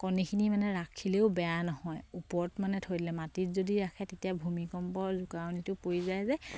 কণীখিনি মানে ৰাখিলেও বেয়া নহয় ওপৰত মানে ধৰিলে মাটিত যদি ৰাখে তেতিয়া ভূমিকম্পৰ জোকাৰণিটো পৰি যায় যে